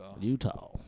Utah